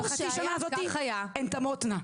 בחצי השנה הזו הן תמותנה.